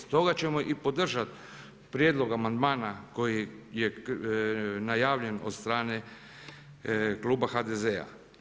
Stoga ćemo i podržati prijedlog amandmana koji je najavljene od strane kluba HDZ-a.